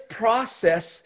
process